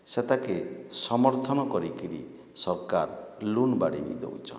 ସେ ତାକେ ସମର୍ଥନ କରିକିରି ସରକାର୍ ଲୋନ୍ ବାଡ଼ି ବି ଦଉଛନ୍